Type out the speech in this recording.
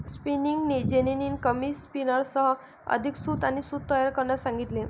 spinning जेनीने कमी स्पिनर्ससह अधिक सूत आणि सूत तयार करण्यास सांगितले